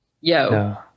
yo